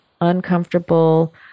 uncomfortable